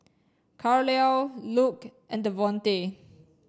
Carlyle Luc and Devonte